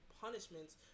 punishments